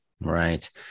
Right